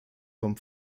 vom